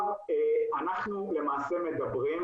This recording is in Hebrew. אנחנו למעשה מדברים,